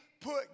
put